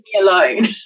alone